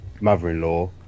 mother-in-law